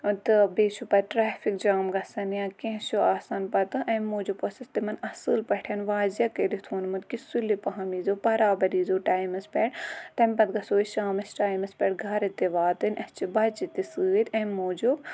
تہٕ بیٚیہِ چھُ پَتہٕ ٹرٛیفِک جام گَژھان یا کینٛہہ چھُ آسان پتہٕ امہِ موٗجوٗب اوس اَسہِ تمن اصل پٲٹھۍ واضع کٔرِتھ ووٚنمُت کہِ سُلی پَہَن ییی زیٚو برابر ییی زیٚو ٹایمَس پیٹھ تمہِ پَتہٕ گَژھو أسۍ شامس ٹایمَس پیٚٹھ گَرٕ تہِ واتِن اَسہِ چھِ بَچہِ تہ سۭتۍ أمۍ موٗجوٗب